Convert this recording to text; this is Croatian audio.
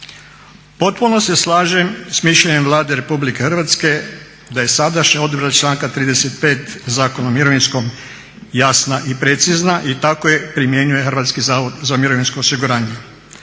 Potpuno se slažem s mišljenjem Vlade RH da je sadašnja odredba članka 35. Zakona o mirovinskom jasna i precizna i tako je primjenjuje HZMO. Slažem se i sa obrazloženjem